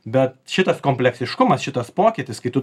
bet šitas kompleksiškumas šitas pokytis kai tu